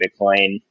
Bitcoin